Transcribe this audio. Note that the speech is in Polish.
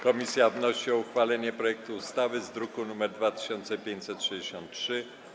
Komisja wnosi o uchwalenie projektu ustawy z druku nr 2563.